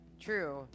True